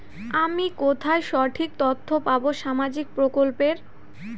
আমি কোথায় সঠিক তথ্য পাবো সামাজিক প্রকল্পের?